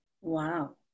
Wow